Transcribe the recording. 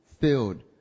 filled